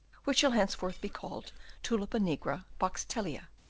which shall henceforth be called tulipa nigra boxtellea.